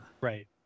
Right